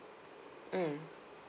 mm